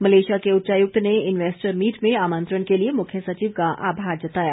Malaysia के उच्चायुक्त ने इन्वेस्टर मीट में आमंत्रण के लिए मुख्य सचिव का आभार जताया